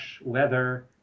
leather